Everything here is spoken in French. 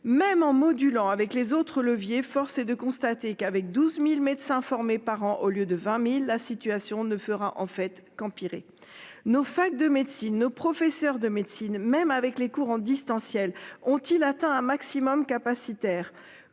même en modulant avec les autres leviers, force est de constater qu'avec 12.000 médecins formés par an au lieu de 20.000. La situation ne fera en fait qu'empirer nos facs de médecine au professeur de médecine, même avec les cours en distanciel ont-ils atteint un maximum capacitaire